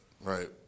Right